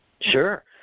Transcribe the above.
Sure